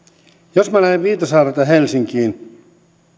jos minä lähden viitasaarelta helsinkiin